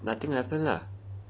nothing would happen lah